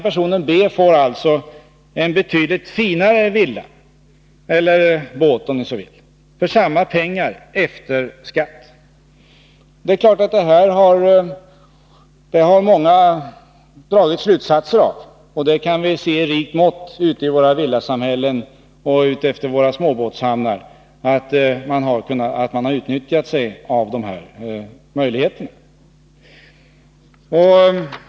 Personen B får alltså en betydligt finare villa eller båt för samma pengar efter skatt. Det är klart att många har dragit slutsatser av det här. Vi kan se i villasamhällen och småbåtshamnar att människor har utnyttjat möjligheterna i rikt mått.